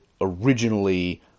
originally